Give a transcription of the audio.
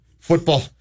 football